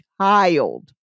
child